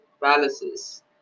palaces